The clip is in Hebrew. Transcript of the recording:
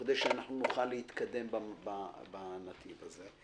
וכדי שנוכל להתקדם בנתיב הזה,